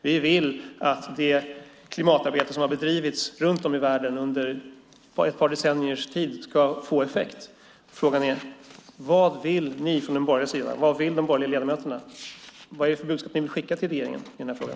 Vi vill att det klimatarbete som under ett par decennier har bedrivits runt om i världen ska få effekt. Vad vill alltså ni på den borgerliga sidan? Vad vill ni borgerliga ledamöter? Vilket budskap vill ni skicka till regeringen i frågan?